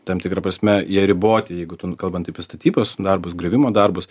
tam tikra prasme jie riboti jeigu kalbant apie statybos darbus griovimo darbus